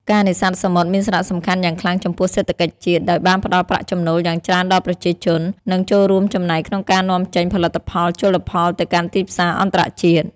ការនេសាទសមុទ្រមានសារៈសំខាន់យ៉ាងខ្លាំងចំពោះសេដ្ឋកិច្ចជាតិ ដោយបានផ្ដល់ប្រាក់ចំណូលយ៉ាងច្រើនដល់ប្រជាជន និងចូលរួមចំណែកក្នុងការនាំចេញផលិតផលជលផលទៅកាន់ទីផ្សារអន្តរជាតិ។